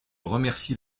remercie